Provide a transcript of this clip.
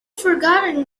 forgotten